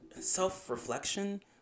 self-reflection